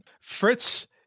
Fritz